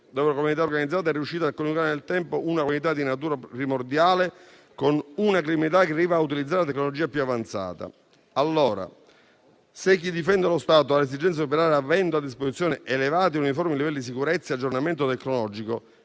dove la criminalità organizzata è riuscita a coniugare nel tempo una criminalità di natura primordiale con una criminalità che arriva a utilizzare la tecnologia più avanzata. Allora, se chi difende lo Stato ha l'esigenza di operare avendo a disposizione elevati e uniformi livelli di sicurezza e aggiornamento tecnologico,